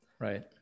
Right